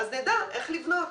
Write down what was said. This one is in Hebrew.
אז נדע איך לבנות.